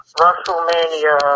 WrestleMania